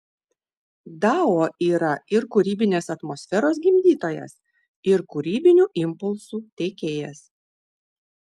dao yra ir kūrybinės atmosferos gimdytojas ir kūrybinių impulsų teikėjas